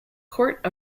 court